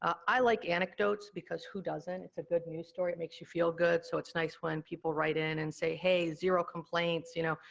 i like anecdotes, because who doesn't? it's a good news story, it makes you feel good, so it's nice when people write in and say, hey, zero complaints, you know,